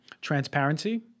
Transparency